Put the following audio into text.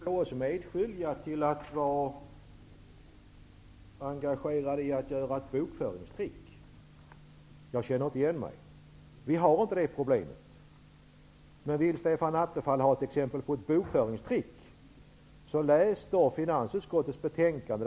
Herr talman! Stefan Attefall vill på något sätt få oss medskyldiga till att göra bokföringstrick. Jag känner inte igen mig. Vi har inte det problemet. Men vill Stefan Attefall ha exempel på bokföringstrick kan han läsa finansutskottets betänkande.